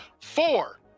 four